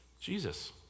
Jesus